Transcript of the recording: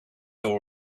all